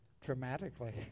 dramatically